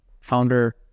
founder